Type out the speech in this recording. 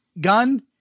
gun